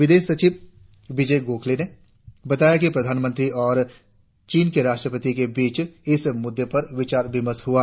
विदेश सचिव विजय गोखले ने बताया कि प्रधानमंत्री और चीन के राष्ट्रपति के बीच इस मुद्दे पर विचार विमर्श हुआ